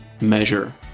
measure